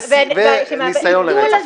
-- רצח וניסיון לרצח.